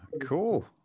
cool